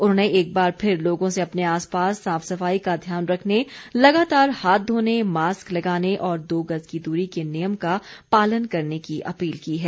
उन्होंने एक बार फिर लोगों से अपने आसपास साफ सफाई का ध्यान रखने लगातार हाथ धोने मास्क लगाने और दो गज की दूरी के नियम का पालन करने की अपील की है